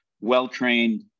well-trained